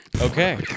Okay